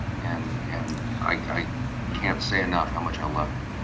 and and i can't say enough how much i loved him.